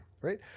Right